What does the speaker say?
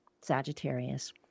Sagittarius